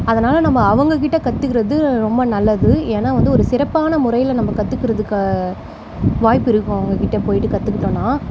அதனால் நம்ம அவங்கக்கிட்ட கத்துக்கிறது ரொம்ப நல்லது ஏன்னா வந்து ஒரு சிறப்பான முறையில் நம்ம கத்துக்கிறதுக்கு வாய்ப்பு இருக்கும் அவங்கக்கிட்ட போய்ட்டு கற்றுகிட்டோன்னா